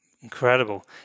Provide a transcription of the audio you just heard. Incredible